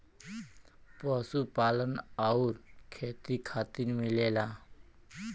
पशुपालन आउर खेती खातिर मिलेला